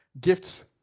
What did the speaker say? Gifts